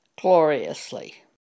gloriously